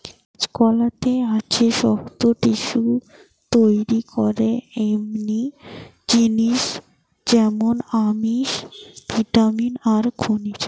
কাঁচকলাতে আছে শক্ত টিস্যু তইরি করে এমনি জিনিস যেমন আমিষ, ভিটামিন আর খনিজ